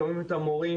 שומעים את המורים,